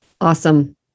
awesome